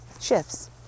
shifts